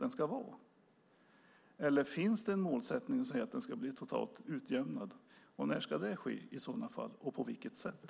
Eller finns det en målsättning om att den ska bli totalt utjämnad? När ska det i så fall ske och på vilket sätt?